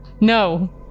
No